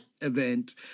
event